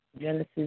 Genesis